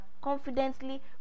confidently